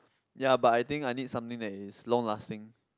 ya but I think I need something that is long lasting